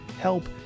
help